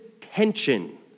tension